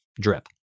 drip